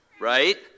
right